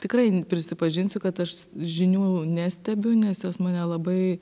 tikrai prisipažinsiu kad aš žinių nestebiu nes jos mane labai